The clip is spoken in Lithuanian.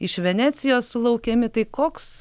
iš venecijos laukiami tai koks